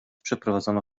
przeprowadzono